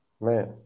Man